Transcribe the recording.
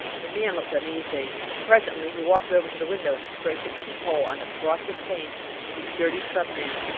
the man looked uneasy. presently he walked over to the window and scraped a peep-hole on the frosted pane with his dirty thumbnail.